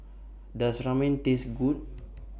Does Ramen Taste Good